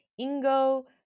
Ingo